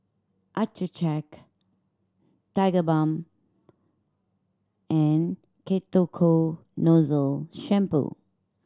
Accucheck Tigerbalm and Ketoconazole Shampoo